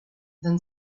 then